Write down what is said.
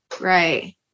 Right